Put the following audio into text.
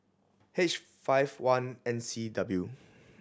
H five one N C W